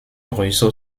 ruisseau